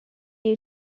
you